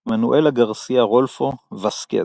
מנואל גרסיה-רולפו - ואסקז.